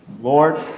Lord